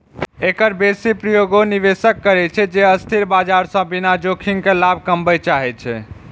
एकर बेसी प्रयोग ओ निवेशक करै छै, जे अस्थिर बाजार सं बिना जोखिम के लाभ कमबय चाहै छै